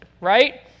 right